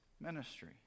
ministry